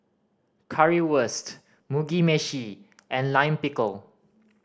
Currywurst Mugi Meshi and Lime Pickle